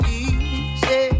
easy